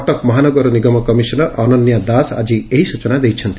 କଟକ ମହାନଗର ନିଗମ କମିଶନର୍ ଅନନ୍ୟା ଦାସ ଆକି ଏହି ସ୍ଚନା ଦେଇଛନ୍ତି